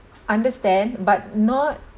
understand but not